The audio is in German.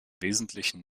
wesentlichen